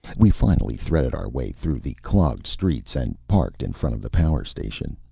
we finally threaded our way through the clogged streets and parked in front of the power station.